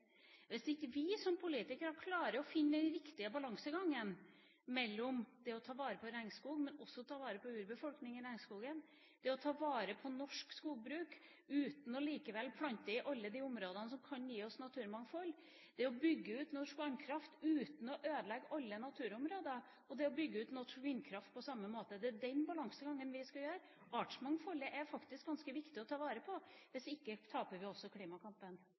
Hvis ikke vi som politikere klarer å finne den riktige balansegangen mellom det å ta vare på regnskog, men også ta vare på urbefolkninga i regnskogen, det å ta vare på norsk skogbruk uten å plante i alle de områdene som kan gi oss naturmangfold, det å bygge ut norsk vannkraft uten å ødelegge alle naturområder og det å bygge ut norsk vindkraft på samme måte – det er den balansegangen vi skal gjøre, artsmangfoldet er faktisk ganske viktig å ta vare på – taper vi også klimakampen.